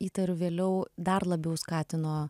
įtariu vėliau dar labiau skatino